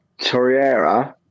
Torreira